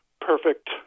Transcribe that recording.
perfect